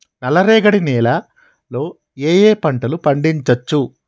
నల్లరేగడి నేల లో ఏ ఏ పంట లు పండించచ్చు?